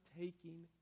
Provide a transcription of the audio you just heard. taking